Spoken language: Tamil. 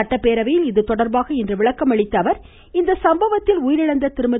சட்டப்பேரவையில் இதுதொடர்பாக இன்று விளக்கமளித்த அவர் இந்த சம்பவத்தில் உயிரிழந்த திருமதி